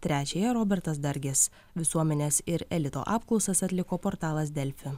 trečiąją robertas dargis visuomenės ir elito apklausas atliko portalas delfi